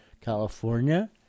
California